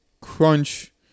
crunch